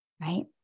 Right